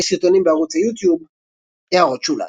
סרטונים בערוץ היוטיוב == הערות שוליים שוליים ==